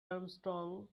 armstrong